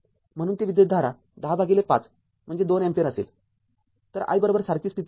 म्हणून ती विद्युतधारा १० भागिले ५ म्हणजे २ अँपिअर असेल तर i सारखीच स्थिती आहे